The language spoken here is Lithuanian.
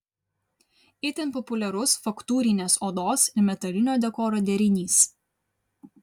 itin populiarus faktūrinės odos ir metalinio dekoro derinys